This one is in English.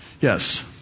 Yes